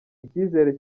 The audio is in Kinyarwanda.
icyizere